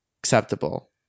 acceptable